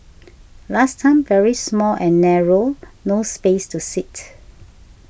last time very small and narrow no space to sit